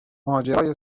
ماجرای